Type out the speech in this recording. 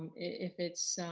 if it's